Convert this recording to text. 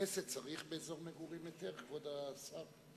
לבית-כנסת צריך באזור מגורים היתר, כבוד השר?